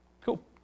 Cool